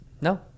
No